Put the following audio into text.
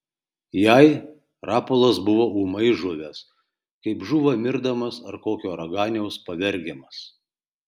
jai rapolas buvo ūmai žuvęs kaip žūva mirdamas ar kokio raganiaus pavergiamas